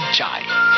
Chai